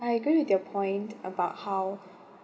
I agree with your point about how